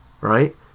right